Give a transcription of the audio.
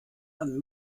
man